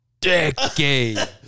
decade